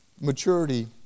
maturity